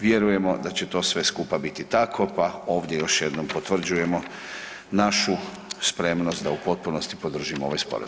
Vjerujemo da će to sve skupa biti tako, pa ovdje još jednom potvrđujemo našu spremnost da u potpunosti podržimo ovaj sporazum.